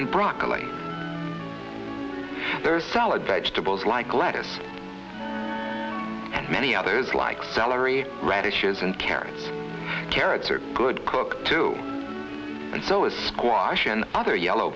and broccoli there's salad vegetables like lettuce and many others like celery radishes and carrots carrots are good cook too and so is squash and other yellow